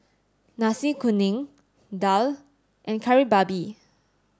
Nasi Kuning Daal and Kari Babi